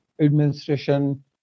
administration